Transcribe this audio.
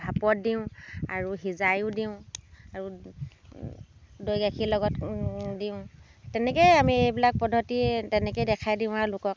ভাপত দিওঁ আৰু সিজাইও দিওঁ আৰু দৈ গাখীৰৰ লগত দিওঁ তেনেকেই আমি এইবিলাক পদ্ধতি তেনেকেই দেখাই দিওঁ আৰু লোকক